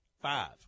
Five